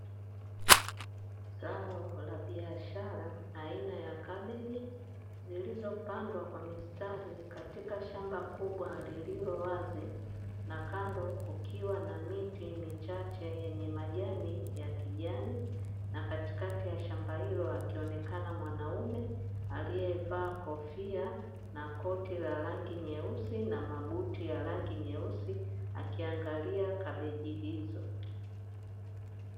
Zao la biashara aina ya kabeji zilizopandwa kwa mistari katika shamba kubwa lililo wazi na kando kukiwa na miti michache yenye majani ya kijani na katikati ya shamba hilo akionekana mwanaume aliyevaa kofia na koti la rangi nyeusi na mabuti ya rangi nyeusi akiangalia kabeji hizo.